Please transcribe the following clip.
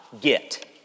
get